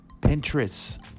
Pinterest